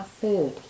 food